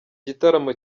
gitaramo